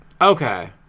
Okay